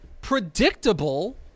predictable